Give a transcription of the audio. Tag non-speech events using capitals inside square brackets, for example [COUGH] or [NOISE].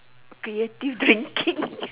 creative drinking [LAUGHS]